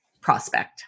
prospect